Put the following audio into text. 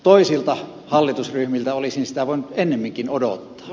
toisilta hallitusryhmiltä olisin sitä voinut ennemminkin odottaa